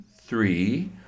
three